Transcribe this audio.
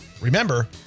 Remember